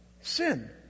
Sin